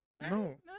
No